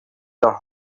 their